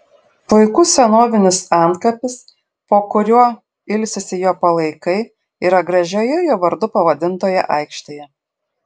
puikus senovinis antkapis po kuriuo ilsisi jo palaikai yra gražioje jo vardu pavadintoje aikštėje